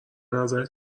نظرت